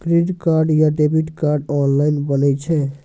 Credit card या debit card online बनै छै?